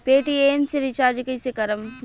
Paytm से recharge कईसे करम?